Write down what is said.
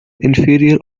inferior